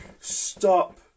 Stop